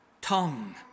tongue